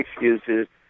excuses